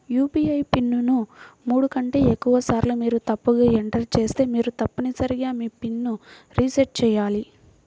UPI pin ను మూడు కంటే ఎక్కువసార్లు మీరు తప్పుగా ఎంటర్ చేస్తే మీరు తప్పనిసరిగా మీ పిన్ ను రీసెట్ చేయాలి